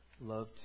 love